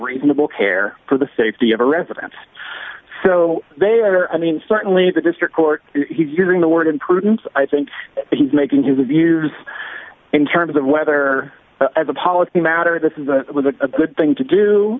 reasonable care for the safety of our residents so they are i mean certainly the district court he's using the word improvements i think he's making his views in terms of whether as a policy matter this is a good thing to do